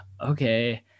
okay